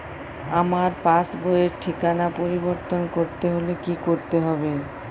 আমার পাসবই র ঠিকানা পরিবর্তন করতে হলে কী করতে হবে?